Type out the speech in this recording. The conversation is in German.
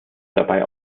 dabei